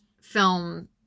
film